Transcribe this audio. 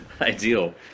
ideal